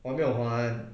我没有还